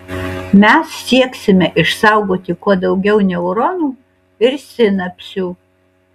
mes sieksime išsaugoti kuo daugiau neuronų ir sinapsių